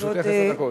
לרשותך עשר דקות.